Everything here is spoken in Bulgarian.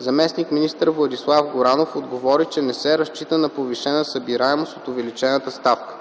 Заместник- министърът Владислав Горанов отговори, че не се разчита на повишена събираемост от увеличената ставка.